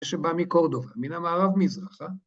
‫שבא מקורדובה, מן המערב מזרחה.